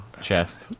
chest